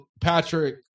Patrick